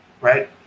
right